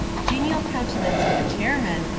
the genial countenance of the chairman,